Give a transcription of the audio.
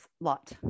lot